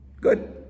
Good